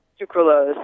sucralose